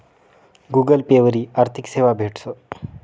Google Pay वरी आर्थिक सेवा भेटस